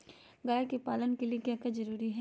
गाय के पालन के लिए क्या जरूरी है?